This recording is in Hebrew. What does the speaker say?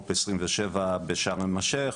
COP 27 בשארם א-שיח',